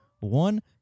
One